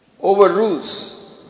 overrules